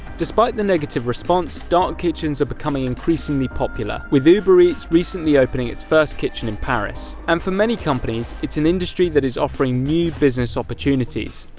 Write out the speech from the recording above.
despite the negative response, dark kitchens are becoming increasingly popular, with uber eats recently opening its first kitchen in paris. and for many companies it's an industry that is offering new business opportunities.